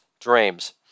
dreams